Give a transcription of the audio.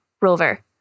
rover